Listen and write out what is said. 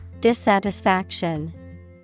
Dissatisfaction